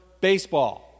baseball